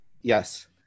Yes